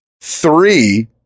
Three